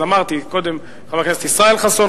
אז אמרתי קודם: חבר הכנסת ישראל חסון,